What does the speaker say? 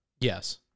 Yes